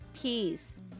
peace